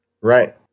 Right